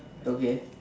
it's okay